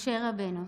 משה רבנו,